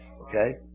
Okay